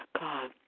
God